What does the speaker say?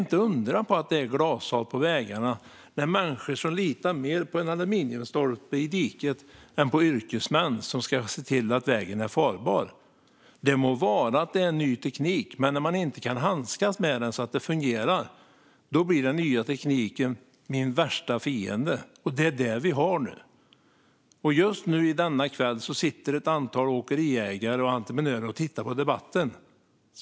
Inte undra på att det är glashalt på vägarna när människor litar mer på en aluminiumstolpe i diket än på yrkesmän som ska se till att vägen är farbar. Det må vara en ny teknik, men när man inte kan handskas med den så att den fungerar blir den nya tekniken ens värsta fiende. Så är det nu. Just nu i denna kväll sitter ett antal åkeriägare och entreprenörer och tittar på debatten.